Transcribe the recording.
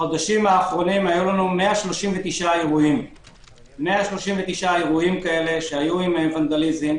בחודשים האחרונים היו לנו 139 אירועים שהיו עם ונדליזם,